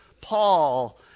Paul